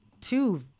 two